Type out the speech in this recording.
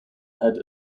had